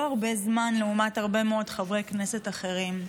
לא הרבה זמן לעומת הרבה מאוד חברי כנסת אחרים.